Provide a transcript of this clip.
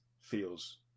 feels